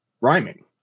rhyming